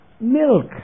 milk